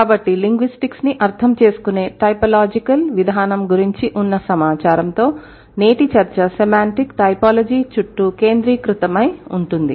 కాబట్టి లింగ్విస్టిక్స్ ని అర్థం చేసుకునే టైపోలాజికల్ విధానం గురించి ఉన్న సమాచారంతో నేటి చర్చ సెమాంటిక్ టైపోలాజీ చుట్టూ కేంద్రీకృతమై ఉంటుంది